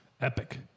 Epic